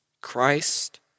christ